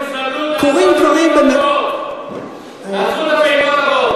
קורים דברים, יש עוד ארבע פעימות.